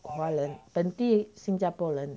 华人本地新加坡人